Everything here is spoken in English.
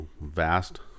vast